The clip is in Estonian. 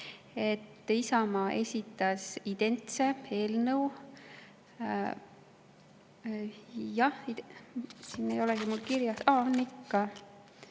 Isamaa esitas identse eelnõu – jah, siin ei olegi mul kirjas ... aa, on ikka